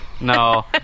No